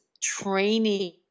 training